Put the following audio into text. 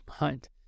mind